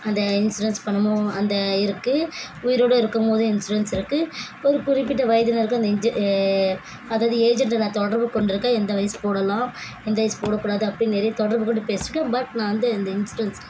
அந்த இன்சூரன்ஸ் பணமும் அந்த இருக்குது உயிரோட இருக்கும் போதே இன்சூரன்ஸ் இருக்குது ஒரு குறிப்பிட்ட வயதினருக்கும் அந்த இன்ஜ் அதாவது ஏஜென்ட்டை நான் தொடர்பு கொண்டிருக்கேன் எந்த வயது போடலாம் எந்த வயது போடக்கூடாது அப்படினு நிறைய தொடர்புக் கொண்டு பேசியிருக்கேன் பட் நான் வந்து அந்த இன்சூரன்ஸ்